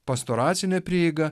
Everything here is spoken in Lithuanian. pastoracinė prieiga